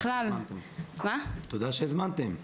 תודה שהזמנתם אותי.